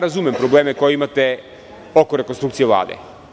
Razumem probleme koje imate oko rekonstrukcije Vlade.